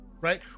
right